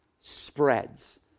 spreads